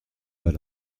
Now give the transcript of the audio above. pas